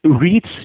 reads